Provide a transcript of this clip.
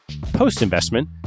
Post-investment